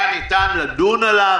היה ניתן לדון עליו,